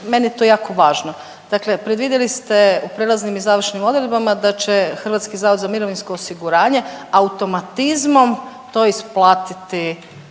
meni je to jako važno. Dakle, predvidjeli ste u prelaznim i završnim odredbama da će HZMO automatizmom to isplatiti